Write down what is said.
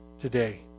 today